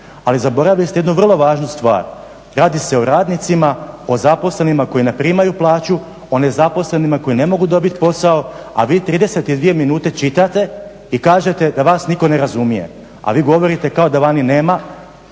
ali zaboravili ste jednu vrlo važnu stvar, radi se o radnicima, o zaposlenima koji ne primaju plaću, oni nezaposlenima koji ne mogu dobiti posao, a vi 32 minute čitate i kažete da vas nitko ne razumije, a vi govorite kao da vani nema